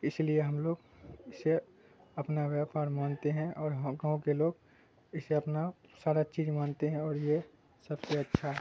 اس لیے ہم لوگ اسے اپنا ویاپار مانتے ہیں اور گاؤں کے لوگ اسے اپنا سارا چیز مانتے ہیں اور یہ سب سے اچھا ہے